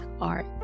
art